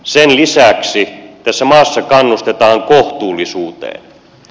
sen lisäksi tässä maassa kannustetaan kohtuullisuuteen